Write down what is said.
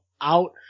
out